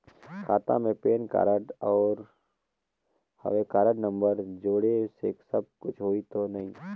खाता मे PAN card और हव कारड नंबर जोड़े से कुछ होही तो नइ?